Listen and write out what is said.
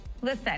Listen